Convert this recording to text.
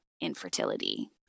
infertility